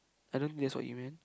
I don't that's what you meant